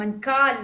המנכ"ל,